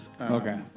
Okay